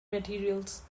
materials